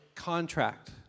contract